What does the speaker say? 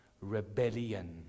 Rebellion